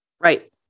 Right